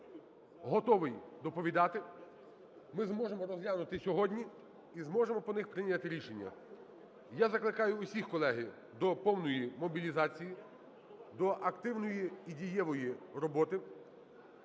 готовий доповідати, ми зможемо розглянути сьогодні і зможемо по них прийняти рішення. Я закликаю всіх, колеги, до повної мобілізації, до активної і дієвої роботи.